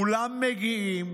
מולם מגיעים